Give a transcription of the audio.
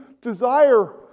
desire